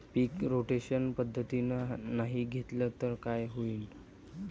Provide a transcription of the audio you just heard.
पीक rotation पद्धतीनं नाही घेतलं तर काय होईन?